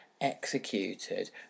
executed